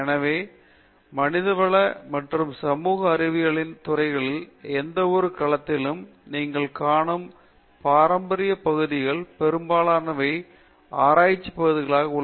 எனவே மனிதவளம் மற்றும் சமூக அறிவியல்களின் துறைகளில் எந்தவொரு களத்திலும் நீங்கள் காணும் பாரம்பரிய பகுதிகள் பெரும்பாலானவை ஆராய்ச்சி பகுதிகளாக உள்ளன